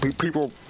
people